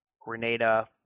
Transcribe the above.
Grenada